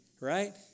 right